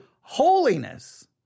holiness